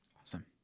awesome